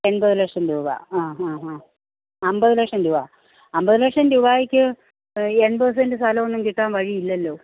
എൺപത് ലക്ഷം രൂപ ആ ആ ആ അൻപത് ലക്ഷം രൂപ അൻപത് ലക്ഷം രൂപായ്ക്ക് എൺപത് സെൻ്റ സ്ഥലമൊന്നും കിട്ടാൻ വഴി ഇല്ലല്ലോ